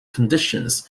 conditions